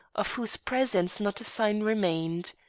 of whose presence not a sign remained.